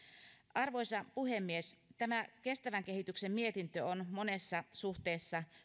arvoisa puhemies tämä kestävän kehityksen mietintö on monessa suhteessa